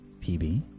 PB